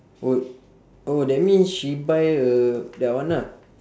oh oh that means she buy uh that one ah